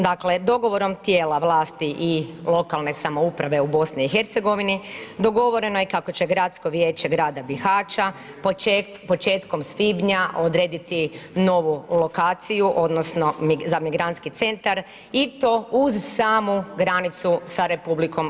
Dakle, tijela vlasti i lokalne samouprava u BiH dogovoreno je kako će gradsko vijeće grada Bihaća početkom svibnja odrediti novu lokaciju odnosno za migrantski centar i to uz samu granicu sa RH.